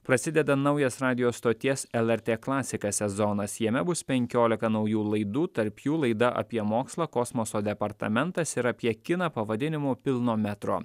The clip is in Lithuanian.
prasideda naujas radijo stoties lrt klasika sezonas jame bus penkiolika naujų laidų tarp jų laida apie mokslą kosmoso departamentas ir apie kiną pavadinimu pilno metro